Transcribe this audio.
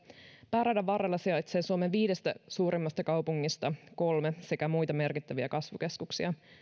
pääradan varrella sijaitsee suomen viidestä suurimmista kaupungista kolme sekä muita merkittäviä kasvukeskuksia